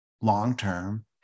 long-term